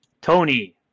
Tony